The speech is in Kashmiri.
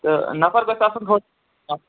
تہٕ نَفر گَژھِ آسُن